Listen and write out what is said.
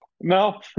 no